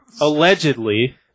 allegedly